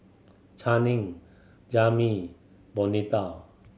Channing Jami Bonita